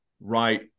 right